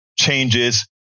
changes